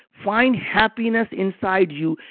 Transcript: find happiness inside you.